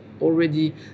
already